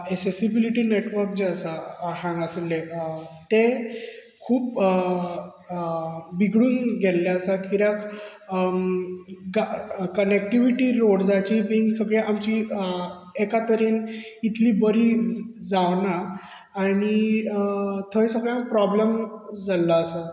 accessibility network जे आसा हांगासरलें तें खूब बिगडून बिगडून गेल्ले आसा कित्याक कनॅक्टवीटी रोर्डसाची बी सगळें आमची एका तरेंन इतलीं बरीं जावना आनी थंय सगळो प्रोब्लेम जालो आसा